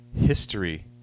history